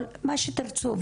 או מה שתרצו,